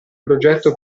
progetto